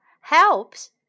helps